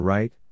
Right